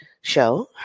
show